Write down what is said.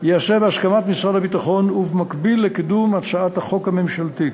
ייעשה בהסכמת משרד הביטחון ובמקביל לקידום הצעת החוק הממשלתית.